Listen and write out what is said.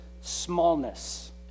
smallness